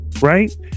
Right